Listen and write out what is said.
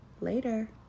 Later